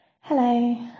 Hello